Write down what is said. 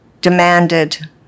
demanded